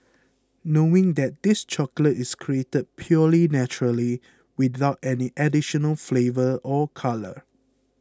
knowing that this chocolate is created purely naturally without any additional flavour or colour